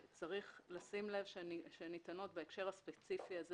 צריך לשים לב שהן ניתנות בהקשר הספציפי הזה